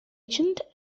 agent